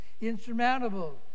insurmountable